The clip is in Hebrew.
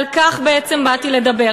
על כך בעצם באתי לדבר.